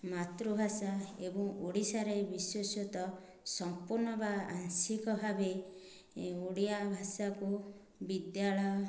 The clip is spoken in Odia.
ମାତୃଭାଷା ଏବଂ ଓଡ଼ିଶାରେ ବିଶେଶତଃ ସମ୍ପୂର୍ଣ୍ଣ ବା ଆଂଶିକ ଭାବେ ଓଡ଼ିଆ ଭାଷାକୁ ବିଦ୍ୟାଳୟ